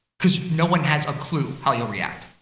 because no one has a clue how you'll react.